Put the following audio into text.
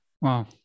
Wow